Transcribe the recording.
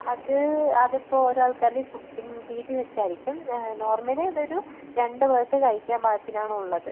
അത് അത് ഇപ്പം ഒരാൾക്ക് ആദ്യം ഫുഡിംഗ് രീതി വെച്ച് ആയിരിക്കും നോർമലി അതൊരു രണ്ട് പേർക്ക് കഴിക്കാൻ പാകത്തിനാണ് ഉള്ളത്